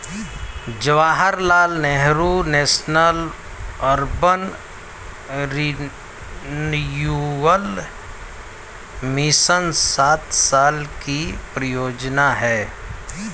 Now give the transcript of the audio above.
Jawaharlal Nehru national urban renewal mission सात साल की परियोजना है